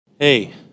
Hey